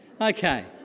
Okay